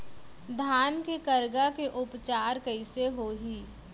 धान के करगा के उपचार कइसे होही?